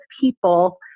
people